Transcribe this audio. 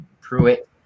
Pruitt